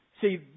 See